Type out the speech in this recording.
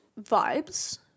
vibes